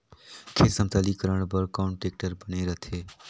खेत समतलीकरण बर कौन टेक्टर बने रथे?